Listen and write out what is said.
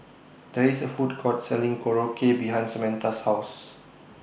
There IS A Food Court Selling Korokke behind Samatha's House